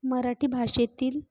मराठी भाषेतील